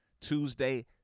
Tuesday